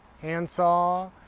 handsaw